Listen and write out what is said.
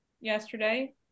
yesterday